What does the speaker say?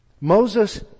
Moses